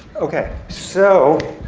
ok, so.